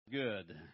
Good